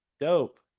dope